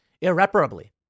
Irreparably